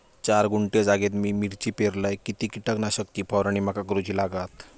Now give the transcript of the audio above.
चार गुंठे जागेत मी मिरची पेरलय किती कीटक नाशक ची फवारणी माका करूची लागात?